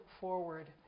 forward